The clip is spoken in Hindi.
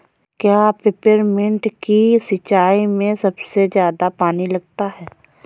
क्या पेपरमिंट की सिंचाई में सबसे ज्यादा पानी लगता है?